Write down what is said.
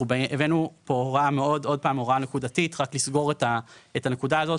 הבאנו פה הוראה נקודתית רק לסגור את הנקודה הזאת.